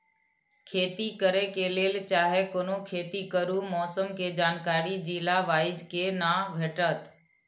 खेती करे के लेल चाहै कोनो खेती करू मौसम के जानकारी जिला वाईज के ना भेटेत?